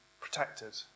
protected